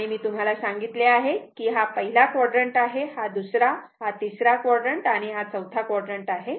आणि मी तुम्हाला सांगितले आहे की हा पहिला क्वाड्रंट आहे हा दुसरा क्वाड्रंट आहे हा तिसरा क्वाड्रंट आहे आणि हा चौथा क्वाड्रंट आहे